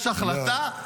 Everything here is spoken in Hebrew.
יש החלטה,